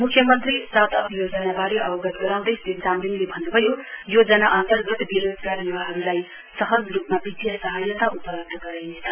मुख्य मन्त्री start up योजनावारे अवगत गराउँदै श्री चामलिङले भन्नुभयो योजना अन्तर्गत वेरोजगार युवाहरुलाई सहज रुपमा वित्तीय सहायता उपलब्ध गराइनेछ